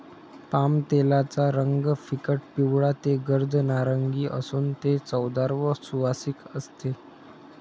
पामतेलाचा रंग फिकट पिवळा ते गर्द नारिंगी असून ते चवदार व सुवासिक असते